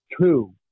two